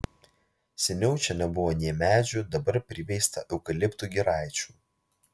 seniau čia nebuvo nė medžių dabar priveista eukaliptų giraičių